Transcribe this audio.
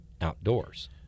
outdoors